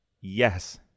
Yes